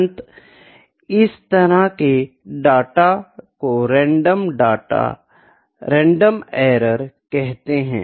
अतः इस तरह के एरर को रैंडम एरर कहते है